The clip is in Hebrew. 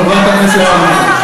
חברת הכנסת זנדברג,